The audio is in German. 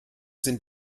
sind